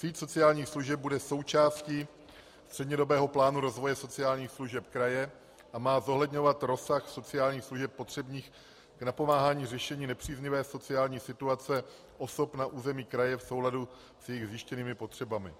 Síť sociálních služeb bude součástí střednědobého plánu rozvoje sociálních služeb kraje a má zohledňovat rozsah sociálních služeb potřebných k napomáhání řešení nepříznivé sociální situace osob na území kraje v souladu s jejich zjištěnými potřebami.